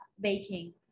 baking